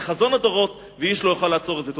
זה חזון הדורות, ואיש לא יוכל לעצור את זה.